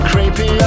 Creepy